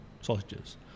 sausages